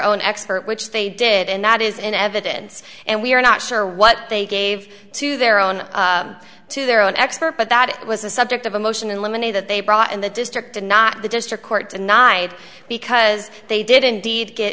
own expert which they did and that is in evidence and we are not sure what they gave to their own to their own expert but that it was a subject of a motion in limine a that they brought in the district and not the district court denied because they did indeed get